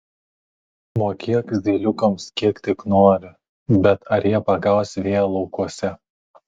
mokėk zyliukams kiek tik nori bet ar jie pagaus vėją laukuose